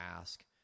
ask